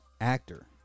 actor